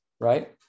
right